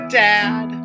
dad